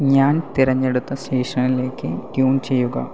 ഞാൻ തിരഞ്ഞെടുത്ത സ്റ്റേഷനിലേക്ക് ട്യൂൺ ചെയ്യുക